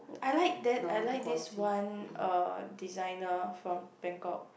I like that I like this one uh designer from Bangkok